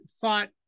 thought